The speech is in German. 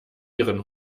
ihren